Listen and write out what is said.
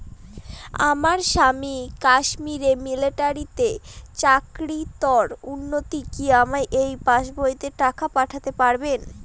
আমার স্বামী কাশ্মীরে মিলিটারিতে চাকুরিরত উনি কি আমার এই পাসবইতে টাকা পাঠাতে পারবেন?